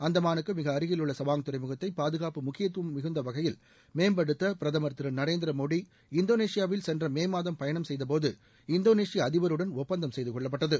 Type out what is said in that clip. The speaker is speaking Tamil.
அந்தமானுக்கு மிக அருகில் உள்ள சபாங் துறைமுகத்தை பாதுகாப்பு முக்கியத்துவம் மிகுந்த வகையில் மேம்படுத்த பிரதமர் திருநரேந்திரமோடி இந்தோனேஷிபாவில் சென்ற மே மாதம் பயணம் செய்தபோது இந்தோனேஷிய அதிபருடன் ஒப்பந்தம் செய்து கொள்ளப்பட்டது